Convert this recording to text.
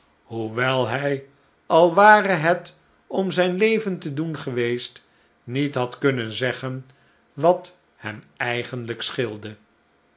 hoewel hij al ware het om zijn leven te doen geweest niet had kunnen zeggen wat hem eigenlijk scheelde